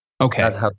okay